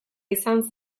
izan